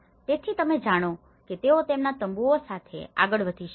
તેથી તમે જાણો છો કે તેઓ તેમના તંબુઓ સાથે આગળ વધી શકે છે